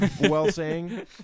well-saying